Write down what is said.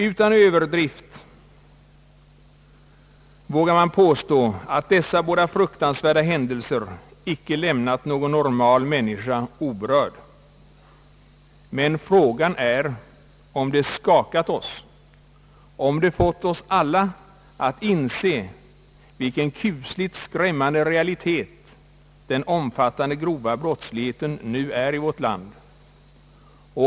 Utan överdrift vågar man påstå, att dessa båda fruktansvärda händelser icke lämnade någon normal människa oberörd. Men frågan är om de skakat oss, fått oss alla att inse vilken kusligt skrämmande realitet den omfattande grova brottsligheten nu är i vårt land.